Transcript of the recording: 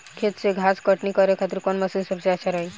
खेत से घास कटनी करे खातिर कौन मशीन सबसे अच्छा रही?